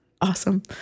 Awesome